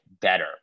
better